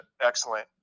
excellent –